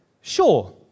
sure